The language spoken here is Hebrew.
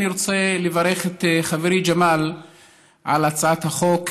אני רוצה לברך את חברי ג'מאל על הצעת החוק.